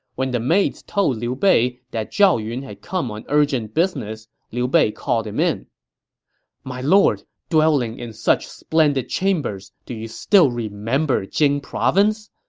when the maids told that liu bei that zhao yun had come on urgent business, liu bei called him in my lord, dwelling in such splendid chambers, do you still remember jing province?